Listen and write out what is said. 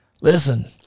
listen